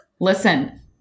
listen